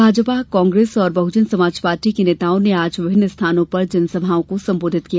भाजपा कांग्रेस और बहजन समाजपार्टी के नेताओं ने आज विभिन्न स्थानों पर जनसभाओं को संबोधित किया